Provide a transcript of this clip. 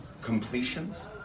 completions